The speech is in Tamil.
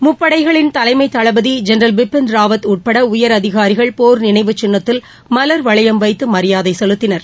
முப்படைகளின் தலைமை தளபதி ஜெனரல் பிபின் ராவத் உட்பட உயரதிகாரிகள் போர் நினைவு சின்னத்தில் மலர்வளையம் வைத்து மரியாதை மரியாதை செலுத்தினர்